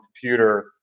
computer